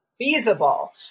feasible